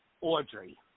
Audrey